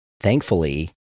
thankfully